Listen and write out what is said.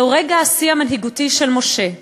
זהו רגע השיא המנהיגותי של משה.